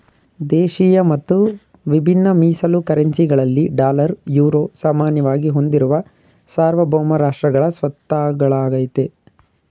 ದೇಶಿಯ ಮತ್ತು ವಿಭಿನ್ನ ಮೀಸಲು ಕರೆನ್ಸಿ ಗಳಲ್ಲಿ ಡಾಲರ್, ಯುರೋ ಸಾಮಾನ್ಯವಾಗಿ ಹೊಂದಿರುವ ಸಾರ್ವಭೌಮ ರಾಷ್ಟ್ರಗಳ ಸ್ವತ್ತಾಗಳಾಗೈತೆ